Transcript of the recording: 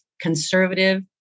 conservative